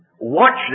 Watch